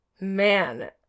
Man